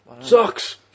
Sucks